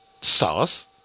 sauce